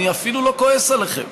אני אפילו לא כועס עליכם.